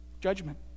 Judgment